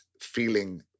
feeling